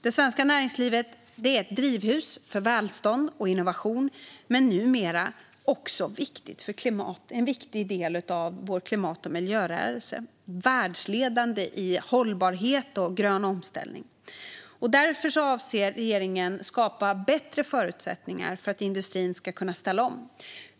Det svenska näringslivet är ett drivhus för välstånd och innovation. Det är numera också en viktig del av vår klimat och miljörörelse och världsledande i hållbarhet och grön omställning. Därför avser regeringen att skapa bättre förutsättningar för att industrin ska kunna ställa om.